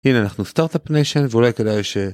הנה אנחנו סטארטאפ ניישן ואולי כדאי ש...